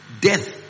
death